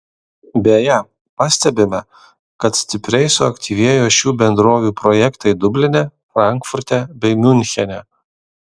beje pastebime kad stipriai suaktyvėjo šių bendrovių projektai dubline frankfurte bei miunchene